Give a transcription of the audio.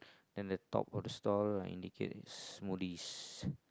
and that dog port door like indicate it's smoothie